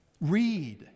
Read